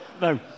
No